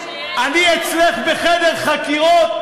אני אצלך בחדר חקירות?